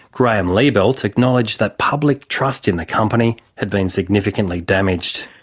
graeme liebelt acknowledged that public trust in the company had been significantly damaged.